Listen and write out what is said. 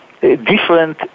different